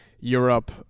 Europe